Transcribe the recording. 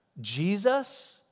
Jesus